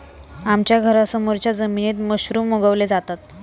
आमच्या घरासमोरच्या जमिनीत मशरूम उगवले जातात